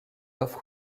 offre